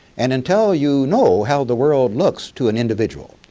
and until you know how the world looks to an individual,